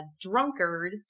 drunkard